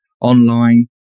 online